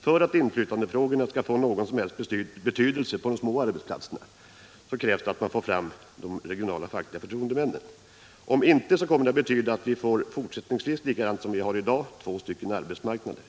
För att inflytandefrågorna skall ha någon som helst betydelse på de små arbetsplatserna krävs att man får fram regionala fackliga förtroendemän. Om inte kommer det att betyda att vi även i fortsättningen — precis som i dag — får ha två arbetsmarknader,